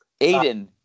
Aiden